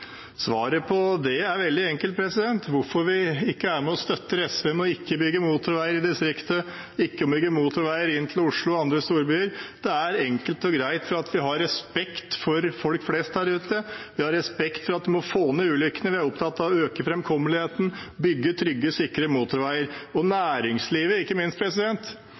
Svaret på det er veldig enkelt. Når vi ikke er med og støtter SV i ikke å bygge motorveier i distriktet og ikke å bygge motorveier inn til Oslo og andre storbyer, er det enkelt og greit fordi vi har respekt for folk flest der ute. Vi har respekt for at vi må få ned ulykkene. Vi er opptatt av å øke framkommeligheten og bygge trygge, sikre motorveier. Og ikke minst når det gjelder næringslivet – jeg vet ikke